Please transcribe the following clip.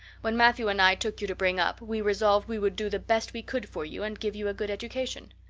when matthew and i took you to bring up we resolved we would do the best we could for you and give you a good education.